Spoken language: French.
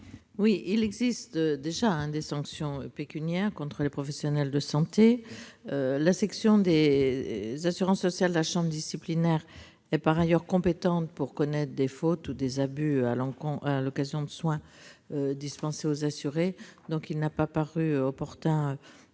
? Il existe déjà des sanctions pécuniaires contre les professionnels de santé. La section des assurances sociales de la chambre disciplinaire est par ailleurs compétente pour connaître des fautes ou abus à l'occasion des soins dispensés aux assurés. Il n'a pas paru opportun